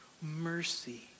mercy